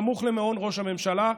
סמוך למעון ראש הממשלה,